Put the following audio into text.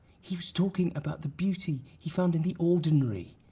he was talking about the beauty he found in the ordinary.